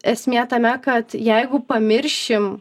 esmė tame kad jeigu pamiršim